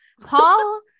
Paul